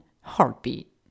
heartbeat